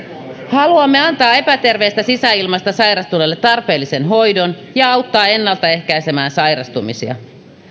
haluamme antaa epäterveestä sisäilmasta sairastuneille tarpeellisen hoidon ja auttaa ennaltaehkäisemään sairastumisia